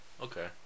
Okay